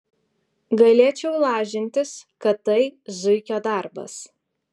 galėčiau lažintis kad tai zuikio darbas